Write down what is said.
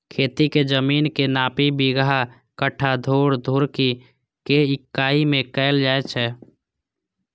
खेतीक जमीनक नापी बिगहा, कट्ठा, धूर, धुड़की के इकाइ मे कैल जाए छै